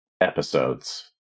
episodes